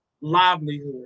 livelihood